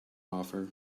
offer